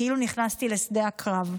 כאילו נכנסתי לשדה הקרב.